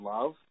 love